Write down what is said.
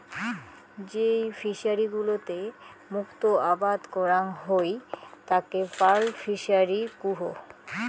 যেই ফিশারি গুলোতে মুক্ত আবাদ করাং হই তাকে পার্ল ফিসারী কুহ